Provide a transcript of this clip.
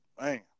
man